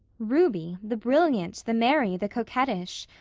ruby, the brilliant, the merry, the coquettish!